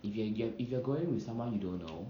if you have if you are going with someone you don't know